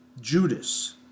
Judas